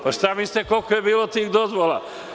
Pa, šta mislite, koliko je bilo tih dozvola?